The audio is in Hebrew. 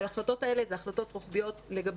אבל ההחלטות האלה זה החלטות רוחביות לגבי